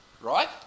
Right